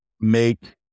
make